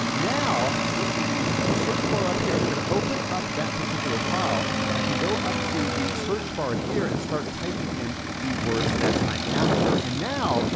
now, i'm still gonna use the search bar up here, it's gonna open up that particular file, but i can go up to the search bar here and start typing in the words that i'm after. and now,